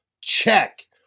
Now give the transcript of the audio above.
Check